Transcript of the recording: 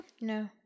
No